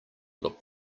look